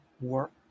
work